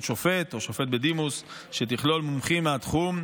שופט או שופט בדימוס שתכלול מומחים מהתחום,